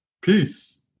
Peace